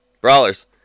Brawlers